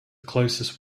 closest